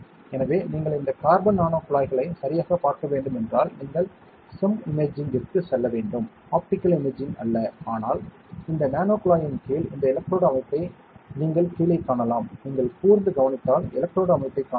எனவே நீங்கள் இந்த கார்பன் நானோ குழாய்களை சரியாகப் பார்க்க வேண்டும் என்றால் நீங்கள் SEM இமேஜிங்கிற்கு செல்ல வேண்டும் ஆப்டிகல் இமேஜிங் அல்ல ஆனால் இந்த நானோகுழாயின் கீழ் இந்த எலக்ட்ரோடு அமைப்பை நீங்கள் கீழே காணலாம் நீங்கள் கூர்ந்து கவனித்தால் எலக்ட்ரோடு அமைப்பைக் காணலாம்